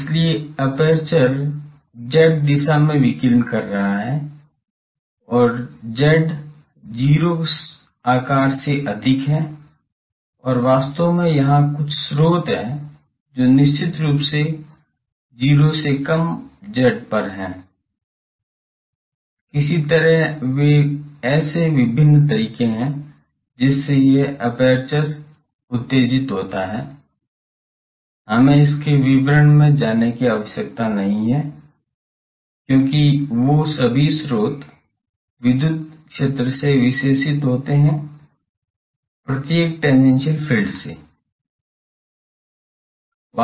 इसलिए aperture z दिशा में विकीर्ण कर रहा है और z 0 आकार से अधिक है और वास्तव में यहाँ कुछ स्रोत हैं जो निश्चित रूप से 0 से कम z पर हैं किसी तरह वे ऐसे विभिन्न तरीके हैं जिससे यह एपर्चर उत्तेजित होता है हमें इसके विवरण में जाने की आवश्यकता नहीं है क्योंकि वो सभी स्रोत विद्युत क्षेत्र से विशेषित होते है प्रत्येक टेंजेंटिअल फ़ील्ड से